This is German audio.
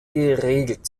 geregelt